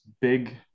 big